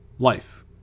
Life